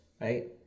Right